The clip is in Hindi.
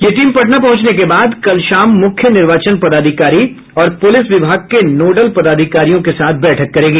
यह टीम पटना पहुंचने के बाद कल शाम मुख्य निर्वाचन पदाधिकारी और पुलिस विभाग के नोडल पदाधिकारियों के साथ बैठक करेगी